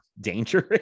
dangerous